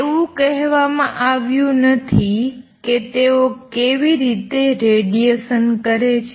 એવું કહેવામાં આવ્યું નથી કે તેઓ કેવી રીતે રેડિએશન કરે છે